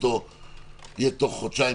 יהיה תוך חודשיים,